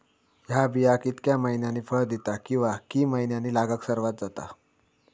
हया बिया कितक्या मैन्यानी फळ दिता कीवा की मैन्यानी लागाक सर्वात जाता?